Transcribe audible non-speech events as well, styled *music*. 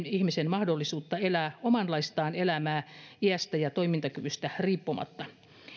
*unintelligible* ihmisen mahdollisuutta elää omanlaistaan elämää iästä ja toimintakyvystä riippumatta